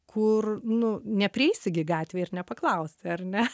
kur nu neprieisi gi gatvėj ir nepaklausi ar ne